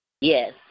Yes